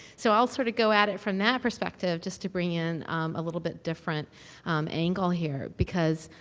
so, i'll sort of go at it from that perspective just to bring in a little bit different angle here because,